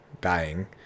dying